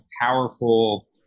powerful